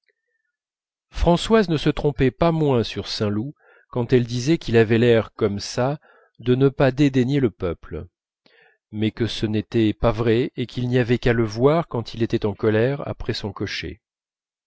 françoise ne se trompait pas moins sur saint loup quand elle disait qu'il avait l'air comme ça de ne pas dédaigner le peuple mais que ce n'est pas vrai et qu'il n'y avait qu'à le voir quand il était en colère après son cocher